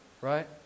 Right